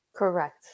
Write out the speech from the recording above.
Correct